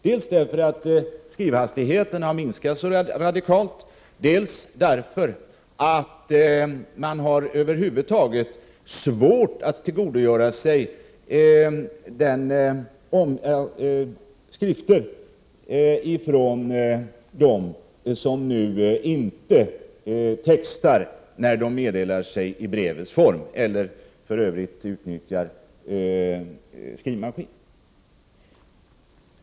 Dels hade skrivhastigheten minskat radikalt, dels var det över huvud taget svårt för eleverna att tyda icke textad eller maskinskriven skrift i brev.